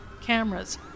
cameras